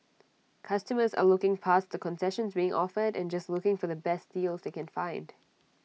customers are looking past the concessions being offered and just looking for the best deals they can find